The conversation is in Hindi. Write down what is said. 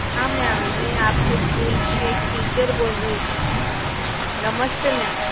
हाँ मेम मैं आपके स्कूल की एक टीचर बोल रही थी नमस्ते मेम